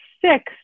six